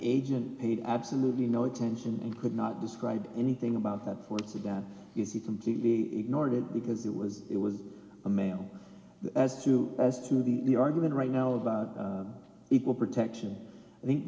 agent paid absolutely no attention and could not describe anything about that force and that is he completely ignored it because it was it was a male as to as to the the argument right now about equal protection i think